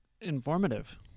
Informative